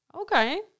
Okay